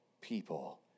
people